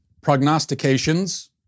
prognostications